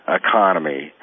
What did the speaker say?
economy